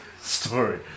story